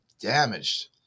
damaged